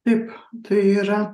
taip tai yra